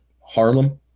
Harlem